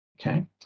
Okay